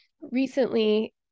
recently